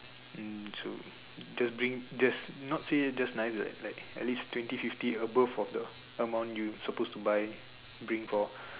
mm so just bring just not say just nice eh like at least twenty fifty above of the amount you supposed buy bring for